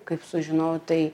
kaip sužinojau tai